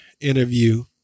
interview